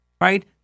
Right